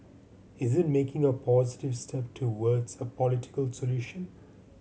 is it making a positive step towards a political solution